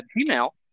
email